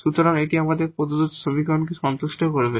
সুতরাং এটি আমাদের প্রদত্ত সমীকরণকে সন্তুষ্ট করবে